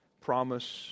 promise